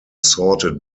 sorted